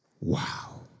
Wow